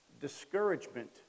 discouragement